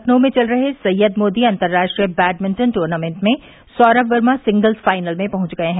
लखनऊ में चल रहे सैयद मोदी अंतरराष्ट्रीय बैडमिंटन ट्र्नामेंट में सौरम वर्मा सिंगल्स फाइनल में पंहच गए हैं